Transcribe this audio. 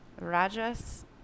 Rajas